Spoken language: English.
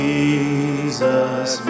Jesus